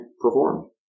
performed